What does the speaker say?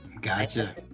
Gotcha